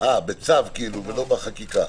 בצו ולא בחקיקה?